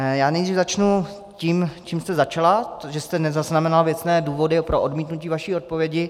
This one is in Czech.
Já nyní začnu tím, čím jste začala, že jste nezaznamenala věcné důvody pro odmítnutí vaší odpovědi.